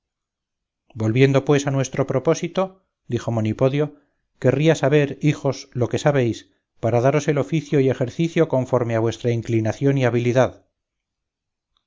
volviendo pues a nuestro propósito dijo monipodio querría saber hijos lo que sabéis para daros el oficio y ejercicio conforme a vuestra inclinación y habilidad